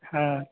हँ